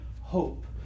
hope